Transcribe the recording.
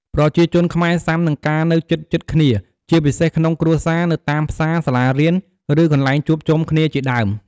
ប្រជាជនខ្មែរសុាំនឹងការនៅជិតៗគ្នា ជាពិសេសក្នុងគ្រួសារ នៅតាមផ្សារ សាលារៀន ឬ កន្លែងជួបជុំគ្នាជាដើម។